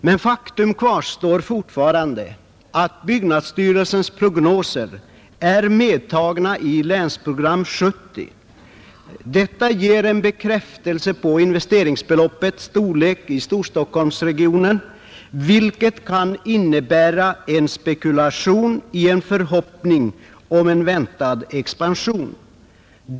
Men faktum kvarstår fortfarande att byggnadsstyrelsens prognoser är medtagna i Länsprogram 70. Detta ger en bekräftelse på investeringsbeloppets storlek i Storstockholmsregionen, vilket kan innebära en spekulation i en förhoppning om en kommande expansion.